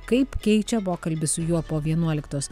kaip keičia pokalbis su juo po vienuoliktos